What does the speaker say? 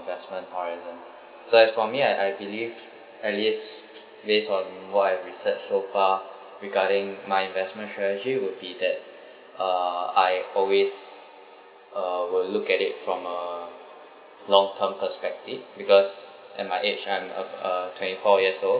investment horizon so as for me I I believe at least based on what I research so far regarding my investment strategy will be that uh I always uh will look at it from a long term perspective because at my age I'm uh uh twenty four years old